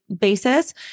basis